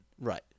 Right